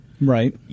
Right